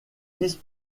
vice